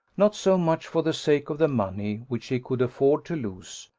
not so much for the sake of the money, which he could afford to lose,